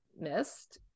missed